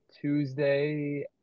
Tuesday